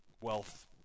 wealth